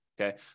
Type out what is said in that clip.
Okay